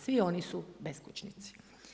Svi oni su beskućnici.